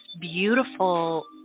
beautiful